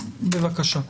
בבקשה.